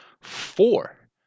Four